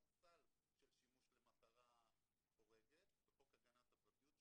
סל של שימוש למטרה חורגת בחוק הגנת הפרטיות,